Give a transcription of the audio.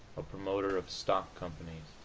a promoter of stock companies,